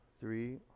three